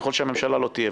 ככל שהממשלה לא תהיה.